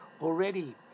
already